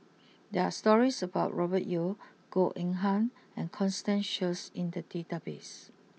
there are stories about Robert Yeo Goh Eng Han and Constance Sheares in the databases